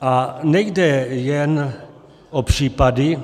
A nejde jen o případy,